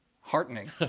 Heartening